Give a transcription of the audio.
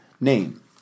name